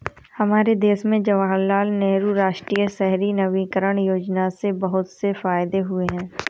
हमारे देश में जवाहरलाल नेहरू राष्ट्रीय शहरी नवीकरण योजना से बहुत से फायदे हुए हैं